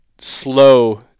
slow